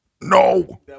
No